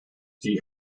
die